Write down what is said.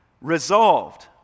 resolved